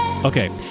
Okay